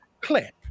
clip